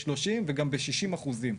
30 וגם 60 אחוזים.